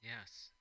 Yes